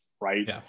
right